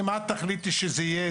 אם את תחליטי שזה יהיה,